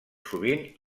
sovint